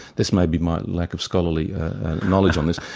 this may be my lack of scholarly knowledge on this,